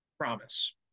promise